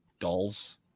dolls